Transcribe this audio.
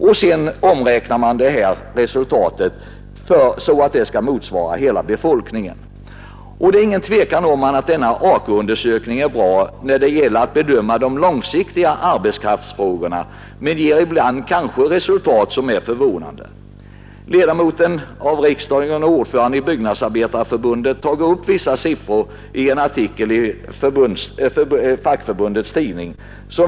Resultatet omräknas så att det skall motsvara hela befolkningen. Det är ingen tvekan om att AK-undersökningen är bra när det gäller att bedöma de långsiktiga arbetskraftsfrågorna, men den ger ibland resultat som kanske är förvånande. Ledamoten av riksdagen och ordföranden i Byggnadsarbetareförbundet har tagit upp vissa siffror i en artikel i fackförbundets tidning.